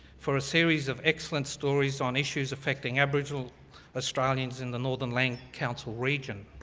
for a series of excellent stories on issues affected aboriginal australians in the northern land council region.